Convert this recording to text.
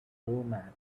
doormat